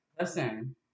Listen